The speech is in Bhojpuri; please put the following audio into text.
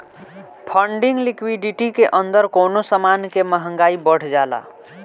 फंडिंग लिक्विडिटी के अंदर कवनो समान के महंगाई बढ़ जाला